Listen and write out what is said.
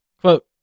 Quote